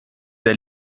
der